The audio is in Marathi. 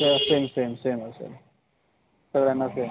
सेम सेम सेम सेम असेल सगळ्यांना सेम